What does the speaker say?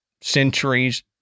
centuries